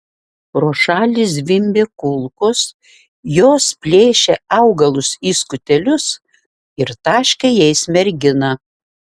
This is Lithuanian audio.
pro šalį zvimbė kulkos jos plėšė augalus į skutelius ir taškė jais merginą